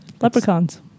leprechauns